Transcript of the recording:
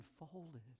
unfolded